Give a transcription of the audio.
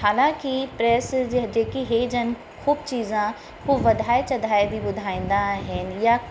हा न की प्रैस जेकी इहे जन ख़ूबु चीज़ा वधाए चधाए बि ॿुधाईंदा आहिनि या